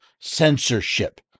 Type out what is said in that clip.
censorship